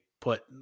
put